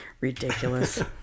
Ridiculous